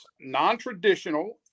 non-traditional